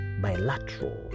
bilateral